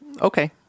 Okay